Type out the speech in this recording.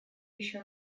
еще